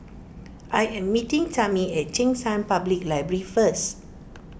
I am meeting Tami at Cheng San Public Library first